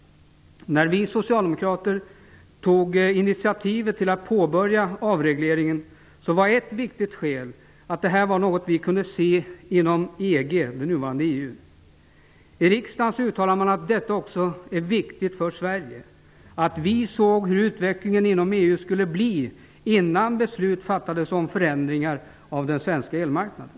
När vi socialdemokrater tog initiativet till att påbörja avregleringen var ett viktigt skäl att det var något vi kunde se inom EG -- det nuvarande EU. I riksdagen uttalade man att detta är viktigt för Sverige. Man såg hur utvecklingen inom EU skulle bli innan beslut fattades om förändringar av den svenska elmarknaden.